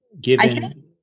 given